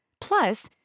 Plus